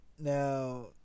Now